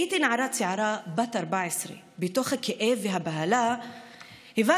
הייתי נערה צעירה בת 14. בתוך הכאב והבהלה הבנתי